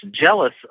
jealous